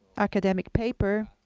academic paper